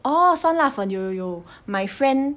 orh 酸辣粉有有有 my friend